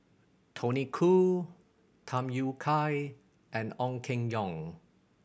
Tony Khoo Tham Yui Kai and Ong Keng Yong